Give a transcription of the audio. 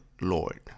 Lord